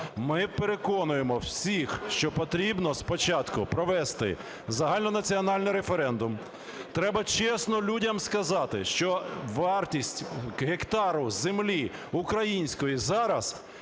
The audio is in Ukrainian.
Ми переконуємо всіх, що потрібно спочатку провести загальнонаціональний референдум. Треба чесно людям сказати, що вартість гектара землі української зараз